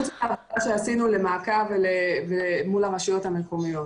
חוץ ממה שעשינו למעקב מול הרשויות המקומיות.